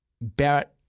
Barrett